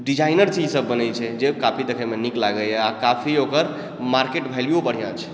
designer चीज सब बनै छै जे काफी देखैमे नीक लागै यऽ आओर काफी ओकर मार्केट वैल्युओ होइत छै